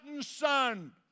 Son